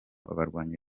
abarwanyi